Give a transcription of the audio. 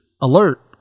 alert